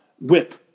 whip